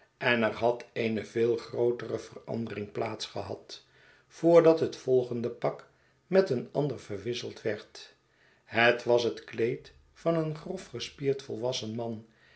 en er had eene veel grootere verandering plaats gehad voordat het volgende pak met een ander verwisseld werd het was het kleed van een grofgespierd volwassen man